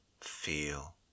feel